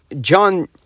John